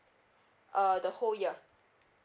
uh the whole year